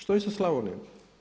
Što je sa Slavonijom?